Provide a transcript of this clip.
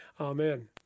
Amen